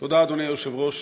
תודה, אדוני היושב-ראש.